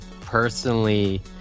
Personally